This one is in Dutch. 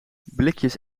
blikjes